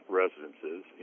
residences